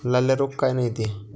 लाल्या रोग कायनं येते?